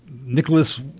Nicholas